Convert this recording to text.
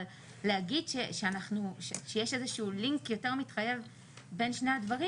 אבל להגיד שיש איזה שהוא לינק יותר מתחייב בין שני הדברים,